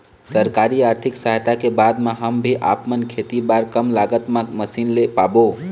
सरकारी आरथिक सहायता के बाद मा हम भी आपमन खेती बार कम लागत मा मशीन ले पाबो?